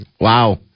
Wow